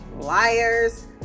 liars